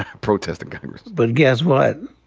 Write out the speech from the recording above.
protesting congress. but guess what?